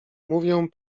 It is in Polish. mówię